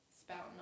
spouting